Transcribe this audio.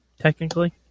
Technically